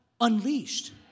unleashed